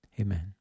Amen